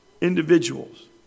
individuals